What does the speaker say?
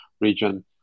region